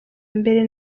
mbere